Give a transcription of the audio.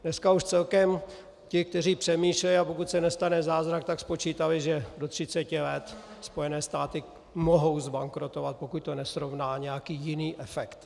Dneska už celkem ti, kteří přemýšlejí, a pokud se nestane zázrak, tak spočítali, že do 30 let Spojené státy mohou zbankrotovat, pokud to nesrovná nějaký jiný efekt.